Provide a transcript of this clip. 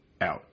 out